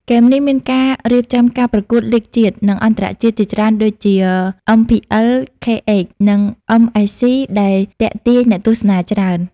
ហ្គេមនេះមានការរៀបចំការប្រកួតលីគជាតិ និងអន្តរជាតិជាច្រើនដូចជា អឹមភីអិលខេអេច និងអឹមអេសសុីដែលទាក់ទាញអ្នកទស្សនាច្រើន។